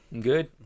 Good